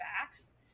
facts